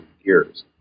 years